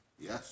Yes